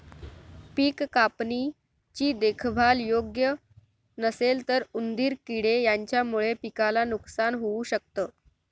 पिक कापणी ची देखभाल योग्य नसेल तर उंदीर किडे यांच्यामुळे पिकाला नुकसान होऊ शकत